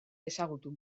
ezagutu